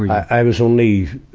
i, i was only,